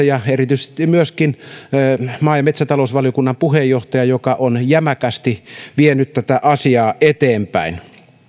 ja erityisesti myöskin maa ja metsätalousvaliokunnan puheenjohtajaa joka on jämäkästi vienyt tätä asiaa eteenpäin